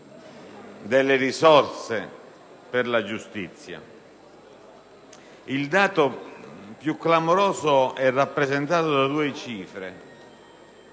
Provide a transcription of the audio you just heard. delle risorse per la giustizia. Il dato più clamoroso è rappresentato da due cifre: